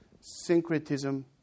syncretism